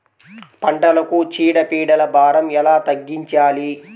పంటలకు చీడ పీడల భారం ఎలా తగ్గించాలి?